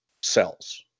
cells